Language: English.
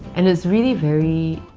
and it's really very.